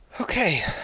okay